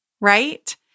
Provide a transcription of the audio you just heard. right